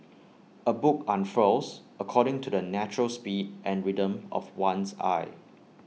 A book unfurls according to the natural speed and rhythm of one's eye